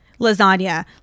Lasagna